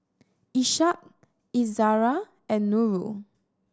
Ishak Izzara and Nurul